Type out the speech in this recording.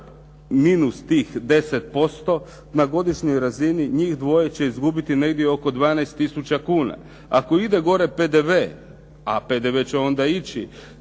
minus tih 10% na godišnjoj razini njih dvoje će izgubiti negdje oko 12 tisuća kuna. Ako ide gore PDV a PDV će onda ići